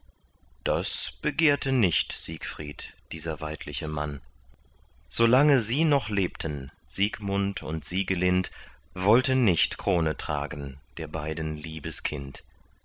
das begehrte nicht siegfried dieser weidliche mann solange sie noch lebten siegmund und siegelind wollte nicht krone tragen der beiden